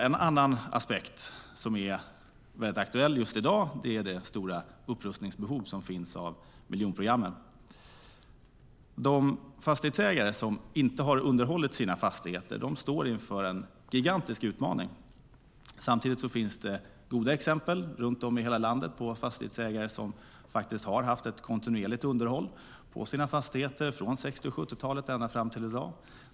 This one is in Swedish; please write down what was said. En annan aspekt som är mycket aktuell just i dag är det stora upprustningsbehov som finns i miljonprogrammen. De fastighetsägare som inte har underhållit sina fastigheter står inför en gigantisk utmaning. Samtidigt finns det goda exempel runt om i hela landet på fastighetsägare som har haft ett kontinuerligt underhåll på sina fastigheter från 60 och 70-talet ända fram till i dag.